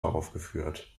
aufgeführt